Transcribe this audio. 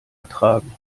ertragen